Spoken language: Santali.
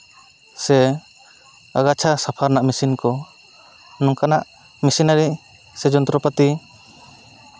ᱥᱮ ᱟᱜᱟᱪᱷᱟ ᱥᱟᱯᱷᱟ ᱨᱮᱱᱟᱜ ᱢᱮᱥᱤᱱ ᱠᱚ ᱱᱚᱝᱠᱟᱱᱟᱜ ᱢᱮᱥᱤᱱ ᱟᱹᱱᱤᱡ ᱥᱮ ᱡᱚᱱᱛᱨᱚᱯᱟᱹᱛᱤ